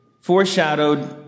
foreshadowed